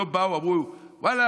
לא באו ואמרו: ואללה,